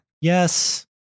yes